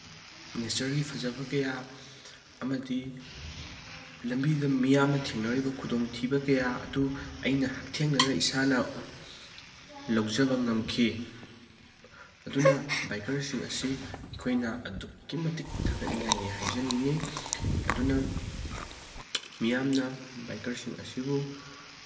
ꯅꯦꯆꯔꯒꯤ ꯐꯖꯕ ꯀꯌꯥ ꯑꯃꯗꯤ ꯂꯝꯕꯤꯗ ꯃꯤꯌꯥꯝꯅ ꯊꯦꯡꯅꯔꯤꯕ ꯈꯨꯗꯣꯡꯊꯤꯕ ꯀꯌꯥ ꯑꯗꯨ ꯑꯩꯅ ꯍꯛꯊꯦꯡꯅꯅ ꯏꯁꯥꯅ ꯂꯧꯖꯕ ꯉꯝꯈꯤ ꯑꯗꯨꯅ ꯕꯥꯏꯀꯔꯁꯤꯡ ꯑꯁꯤ ꯑꯩꯈꯣꯏꯅ ꯑꯗꯨꯛꯀꯤ ꯃꯇꯤꯛ ꯊꯥꯒꯠꯅꯤꯡꯉꯥꯏꯅꯤ ꯍꯥꯏꯖꯅꯤꯡꯉꯤ ꯑꯗꯨꯅ ꯃꯤꯌꯥꯝꯅ ꯕꯥꯏꯀꯔꯁꯤꯡ ꯑꯁꯤꯕꯨ